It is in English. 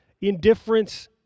Indifference